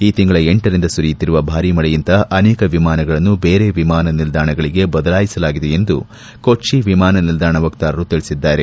ಈ ತಿಂಗಳ ಹಿಂದ ಸುರಿಯುತ್ತಿರುವ ಭಾರಿ ಮಳೆಯಿಂದ ಅನೇಕ ವಿಮಾನಗಳನ್ನು ಬೇರೆ ವಿಮಾನ ನಿಲ್ಲಾಣಗಳಿಗೆ ಬದಲಾಯಿಸಲಾಗಿದೆ ಎಂದು ಕೊಚ್ಚಿ ವಿಮಾನ ನಿಲ್ದಾಣ ವಕ್ತಾರರು ತಿಳಿಸಿದ್ದಾರೆ